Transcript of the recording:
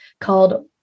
called